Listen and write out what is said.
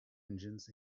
engines